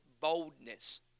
boldness